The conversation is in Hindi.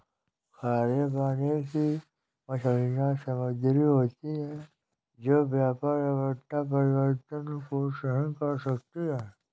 खारे पानी की मछलियाँ समुद्री होती हैं जो व्यापक लवणता परिवर्तन को सहन कर सकती हैं